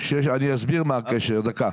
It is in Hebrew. אני אסביר מה הקשר, דקה.